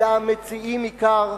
אלא המציעים עיקר,